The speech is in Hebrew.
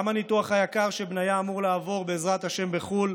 גם הניתוח היקר שבניה אמור לעבור בעזרת השם בחו"ל,